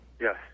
Yes